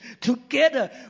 Together